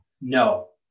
No